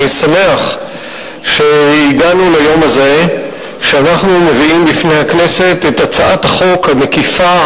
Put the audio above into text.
אני שמח שהגענו ליום הזה שאנחנו מביאים בפני הכנסת את הצעת החוק המקיפה,